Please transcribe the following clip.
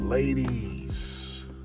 ladies